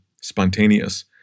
spontaneous